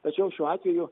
tačiau šiuo atveju